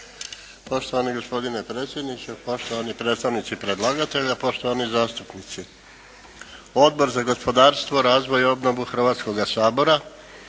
Poštovani gospodine predsjedniče, poštovani predstavnici predlagatelja, poštovani zastupnici. Odbor za gospodarstvo, razvoj i obnovu Hrvatskoga sabora